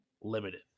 limited